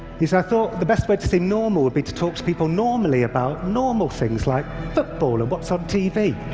he said, i thought the best way to seem normal would be to talk to people normally about normal things like football or what's on tv.